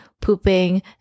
pooping